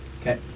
Okay